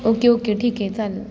okay okay ठीक आहे चालेल